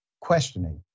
questioning